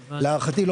להערכתי,